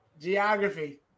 Geography